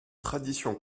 traditions